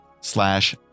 slash